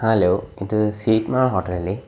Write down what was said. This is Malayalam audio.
ഹലോ ഇത് സിഗ്മാ ഹോട്ടലല്ലേ